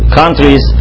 countries